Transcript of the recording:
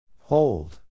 Hold